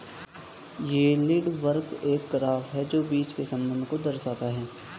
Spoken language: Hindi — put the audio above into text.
यील्ड कर्व एक ग्राफ है जो बीच के संबंध को दर्शाता है